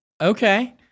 Okay